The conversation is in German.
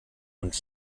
und